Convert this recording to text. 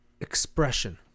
expression